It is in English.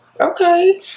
okay